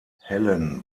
helen